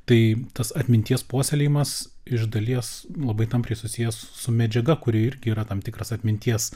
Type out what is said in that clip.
tai tas atminties puoselėjimas iš dalies labai tampriai susijęs su medžiaga kuri irgi yra tam tikras atminties